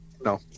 No